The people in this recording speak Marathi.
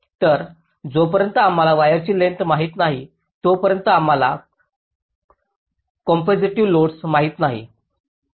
तर जोपर्यंत आम्हाला वायरची लेंग्थस माहित नाही तोपर्यंत आम्हाला कॅपेसिटिव्ह लोड्स माहित नाहीत